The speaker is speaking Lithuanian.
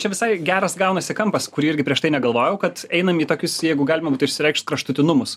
čia visai geras gaunasi kampas kurį irgi prieš tai negalvojau kad einam į tokius jeigu galima išsireikšt kraštutinumus